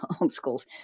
homeschools